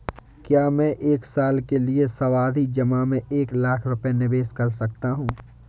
क्या मैं एक साल के लिए सावधि जमा में एक लाख रुपये निवेश कर सकता हूँ?